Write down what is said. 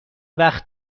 وقت